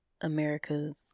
America's